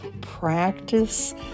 Practice